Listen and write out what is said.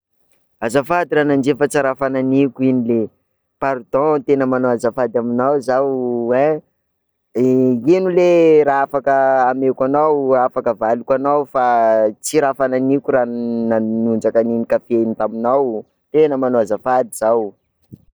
Azafady ranandria fa tsa raha fanahiniako iny ley, pardon tena manao azafady aminao zaho hein, de ino ley raha afaka ameko anao, afaka avaliko anao, fa tsy raha fanahiniako raha n- nanondraka an'iny kafé iny taminao, tena manao azafady zaho.